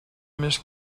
més